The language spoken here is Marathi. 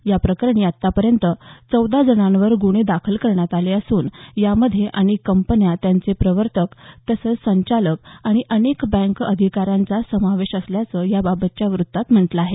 या प्रकरणी आतापर्यँत चौदा जणांविरोधात गुन्हे दाखल करण्यात आले असून यामध्ये अनेक कंपन्या त्यांचे प्रवर्तक तसंच संचालक आणि अनेक बँक अधिकाऱ्यांचा समावेश असल्याचं याबाबतच्या वृत्तात म्हटलं आहे